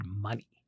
money